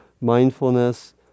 mindfulness